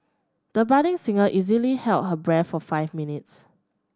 the budding singer easily held her breath for five minutes